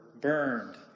burned